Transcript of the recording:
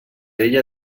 ella